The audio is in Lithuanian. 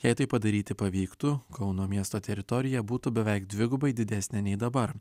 jei tai padaryti pavyktų kauno miesto teritorija būtų beveik dvigubai didesnė nei dabar